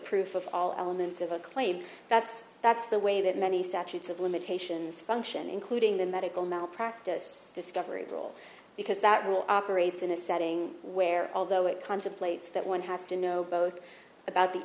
proof of all elements of a claim that's that's the way that many statutes of limitations function including the medical malpractise discovery role because that will operates in a setting where although it contemplates that one has to know both about the